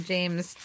James